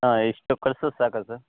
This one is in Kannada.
ಹಾಂ ಇಷ್ಟು ಕಳ್ಸದ್ರೆ ಸಾಕಾ ಸರ್